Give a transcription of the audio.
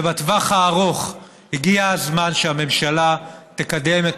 ובטווח הארוך הגיע הזמן שהממשלה תקדם את